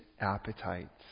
appetites